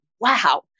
wow